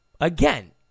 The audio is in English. Again